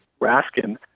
Raskin